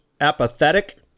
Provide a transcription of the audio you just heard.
apathetic